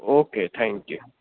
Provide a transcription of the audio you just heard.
okay thank you